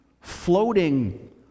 floating